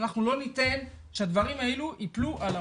אנחנו לא ניתן שהדברים האלו יפלו על ההורים,